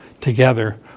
together